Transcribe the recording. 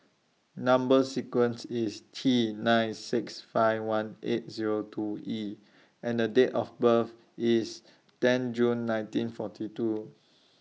Number sequence IS T nine six five one eight Zero two E and Date of birth IS ten June nineteen forty two